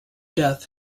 death